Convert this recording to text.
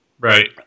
Right